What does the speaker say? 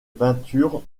peintures